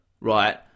right